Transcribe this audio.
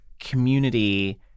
community